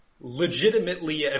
legitimately